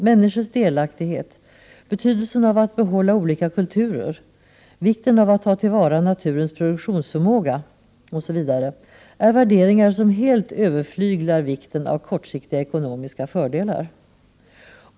Människors delaktighet, betydelsen av att behålla olika kulturer, vikten av att ta till vara naturens produktionsförmåga osv. är värderingar som helt överflyglar vikten av kortsiktiga ekonomiska fördelar.